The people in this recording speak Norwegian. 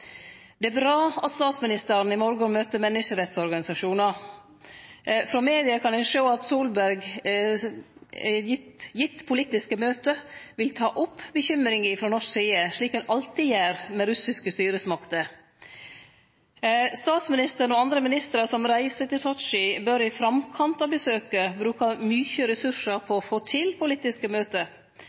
Det er bra at statsministeren i morgon møter menneskerettsorganisasjonar. Frå media kan ein sjå at Solberg – gitt at ho får politiske møte – vil ta opp bekymringa frå norsk side, slik ein alltid gjer med russiske styresmakter. Statsministeren og andre ministrar som reiser til Sotsji, bør i framkant av besøket bruke mykje ressursar på å få til politiske møte.